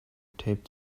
taped